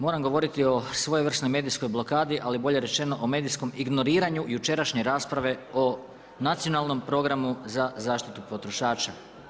Moram govoriti o svojevrsnoj medijskoj blokadi, ali bolje rečeno o medijskom ignoriranju jučerašnje rasprave o Nacionalnom programu za zaštitu potrošača.